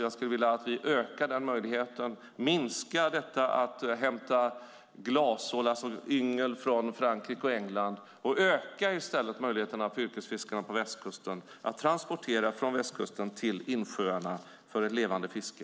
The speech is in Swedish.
Jag skulle vilja att vi minskar möjligheten att hämta glasål, det vill säga yngel, från Frankrike och England och i stället ökar möjligheten för yrkesfiskarna på västkusten att transportera ål från västkusten till insjöarna för ett levande fiske.